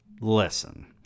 Listen